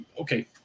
Okay